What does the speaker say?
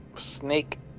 snake